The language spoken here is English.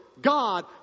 God